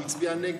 הוא הצביע נגד.